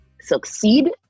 succeed